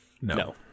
No